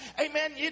Amen